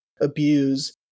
abuse